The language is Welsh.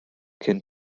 cyn